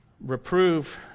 reprove